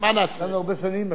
לפני שנים,